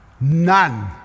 None